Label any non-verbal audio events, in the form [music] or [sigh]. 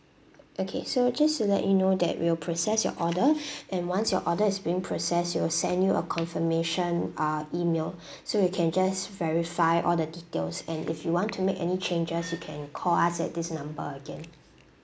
okay so just to let you know that we will process your order [breath] and once your order is being process we will send you a confirmation ah email so you can just verify all the details and if you want to make any changes you can call us at this number again